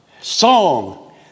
song